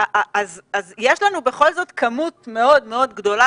יש לנו בכל זאת כמות מאוד-מאוד גדולה